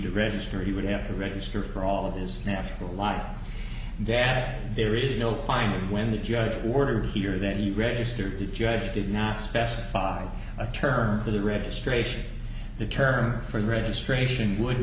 to register he would have to register for all of his natural life that there is no finding when the judge ordered here that he registered the judge did not specify a term for the registration the term for the registration would